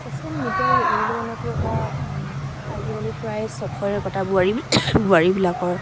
social মিডিয়াৰ reel বনোৱাতো এটা আজিকালি প্ৰায় ছখৰ কথা বোৱাৰী বোৱাৰীবিলাকৰ